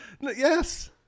yes